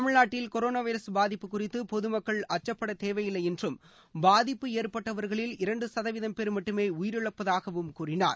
தமிழ்நாட்டில் corona virus பாதிப்பு குறித்து பொது மக்கள் அச்சப்படதேவையில்லை என்றும் பாதிப்பு ஏற்பட்டவர்களில் இரண்டு சதவீதம் பேர் மட்டுமே உயிரிழப்பதாகவும் கூறினார்